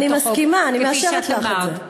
אני מסכימה, אני מאשרת לך את זה.